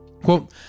Quote